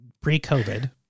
pre-COVID